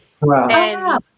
Wow